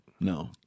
No